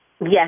Yes